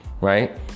right